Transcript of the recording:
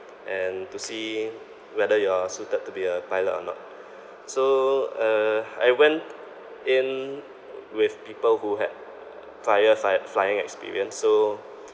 and to see whether you're suited to be a pilot or not so uh I went in with people who had prior fly~ flying experience so